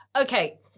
Okay